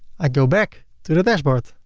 i go back to the dashboard.